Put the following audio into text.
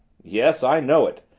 yes, i know it!